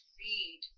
read